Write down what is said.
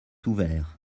ouvert